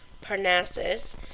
parnassus